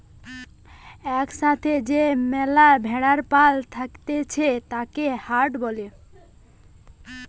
এক সাথে যে ম্যালা ভেড়ার পাল থাকতিছে তাকে হার্ড বলে